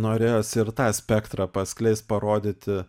norėjosi ir tą spektrą paskleist parodyti